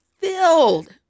filled